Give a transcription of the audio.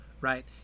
right